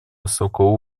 высокого